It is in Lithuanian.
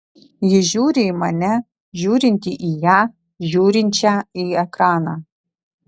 ji žiūri į mane žiūrintį į ją žiūrinčią į ekraną